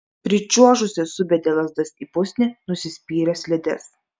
pričiuožusi subedė lazdas į pusnį nusispyrė slides